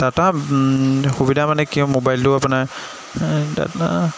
data সুবিধা মানে কি আৰু ম'বাইলতো আপোনাৰ